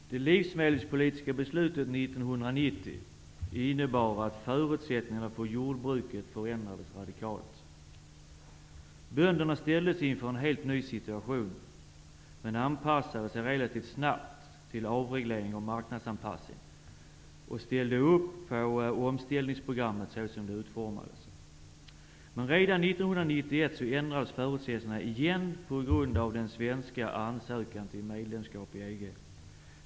Fru talman! Det livsmedelspolitiska beslutet 1990 innebar att förutsättningarna för jordbruket förändrades radikalt. Bönderna ställdes inför en helt ny situation men anpassade sig relativt snabbt till avreglering och marknadsanpassning, och de ställde sig bakom omställningsprogrammet, såsom detta utformades. Men redan 1991 ändrades förutsättningarna igen på grund av den svenska ansökningen om medlemskap i EG.